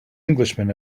englishman